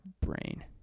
brain